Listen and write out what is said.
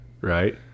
right